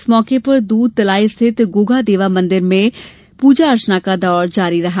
इस मौके पर दूध तलाई स्थित गोगा देवा मंदिर में पूजा अर्चना का दौर जारी रहा